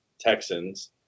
Texans